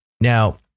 Now